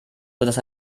sodass